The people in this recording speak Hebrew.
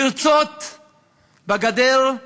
פרצות בגדר,